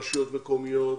רשויות מקומיות,